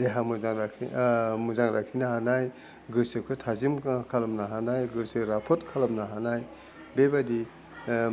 देहा मोजां लाखि मोजां लाखिनो हानाय गोसोखो थाजिम खामनो हानाय गोसो राफोथ खालामनो हानाय बेबायदि